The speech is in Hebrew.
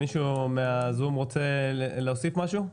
מישהו מהזום רוצה להוסיף משהו?